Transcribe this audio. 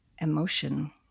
emotion